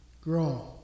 grow